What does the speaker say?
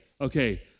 Okay